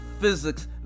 physics